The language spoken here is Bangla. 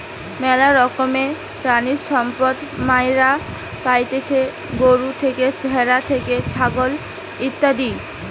ম্যালা রকমের প্রাণিসম্পদ মাইরা পাইতেছি গরু থেকে, ভ্যাড়া থেকে, ছাগল ইত্যাদি